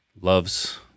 loves